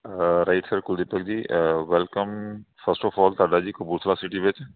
right sir Kuldeepak ji welcome first of all ਤੁਹਾਡਾ ਜੀ Kapurthala city ਵਿੱਚ